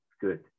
good